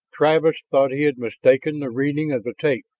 travis thought he had mistaken the reading of the tape.